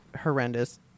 horrendous